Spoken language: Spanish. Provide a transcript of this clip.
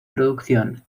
producción